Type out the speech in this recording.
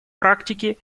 практике